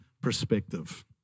perspective